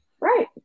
Right